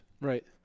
Right